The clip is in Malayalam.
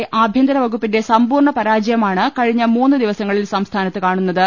സംസ്ഥാനത്തെ ആഭ്യന്തര വകുപ്പിന്റെ സമ്പൂർണ പരാജ യമാണ് കഴിഞ്ഞ മൂന്ന് ദിവസങ്ങളിൽ സംസ്ഥാനത്ത് കാണുന്ന ത്